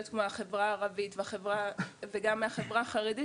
כמו החברה הערבית וגם החברה החרדית,